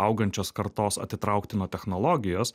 augančios kartos atitraukti nuo technologijos